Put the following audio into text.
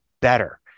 better